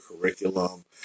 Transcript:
curriculum